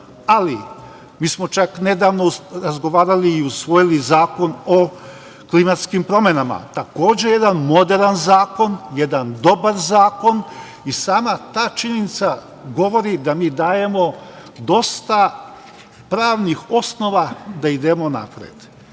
smo čak nedavno razgovarali i usvojili Zakon o klimatskim promenama, takođe jedan moderan zakon, jedan dobar zakon i sama ta činjenica govori da mi dajemo dosta pravnih osnova da idemo